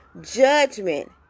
Judgment